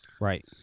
Right